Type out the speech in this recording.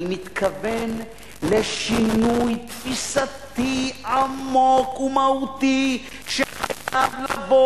אני מתכוון לשינוי תפיסתי עמוק ומהותי שחייב לבוא